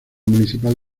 municipal